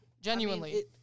Genuinely